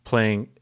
Playing